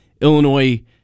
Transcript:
Illinois